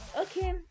Okay